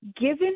given